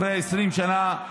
אחרי 20 שנה,